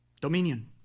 Dominion